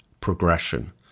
Progression